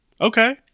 Okay